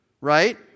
right